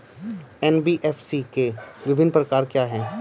NBFC के विभिन्न प्रकार क्या हैं?